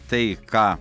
tai ką